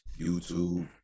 YouTube